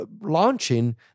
launching